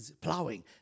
plowing